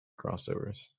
crossovers